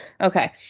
Okay